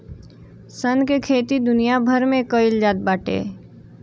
सन के खेती दुनिया भर में कईल जात बाटे